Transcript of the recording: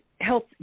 health